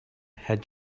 had